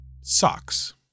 Socks